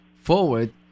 forward